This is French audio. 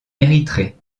érythrée